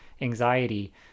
anxiety